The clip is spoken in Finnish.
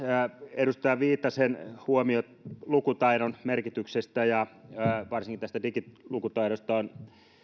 edustaja viitasen huomio lukutaidon merkityksestä ja varsinkin digilukutaidosta on